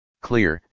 Clear